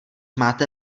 máte